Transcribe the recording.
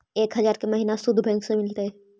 एक हजार के महिना शुद्ध बैंक से मिल तय?